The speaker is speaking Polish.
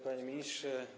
Panie Ministrze!